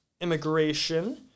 immigration